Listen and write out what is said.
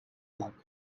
luck